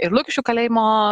ir lukiškių kalėjimo